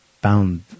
bound